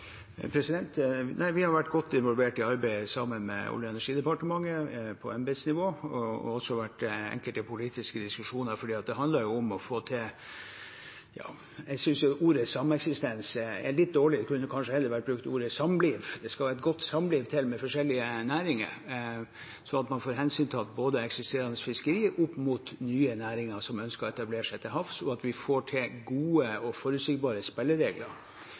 Vi har vært godt involvert i arbeidet, sammen med Olje- og energidepartementet på embetsnivå. Det har også vært enkelte politiske diskusjoner, for det handler om å få til – jeg synes ordet «sameksistens» er litt dårlig, man kunne kanskje heller brukt ordet «samliv». Det skal et godt samliv til med forskjellige næringer, sånn at man får hensyntatt eksisterende fiskeri opp mot nye næringer som ønsker å etablere seg til havs, og at man får til gode og forutsigbare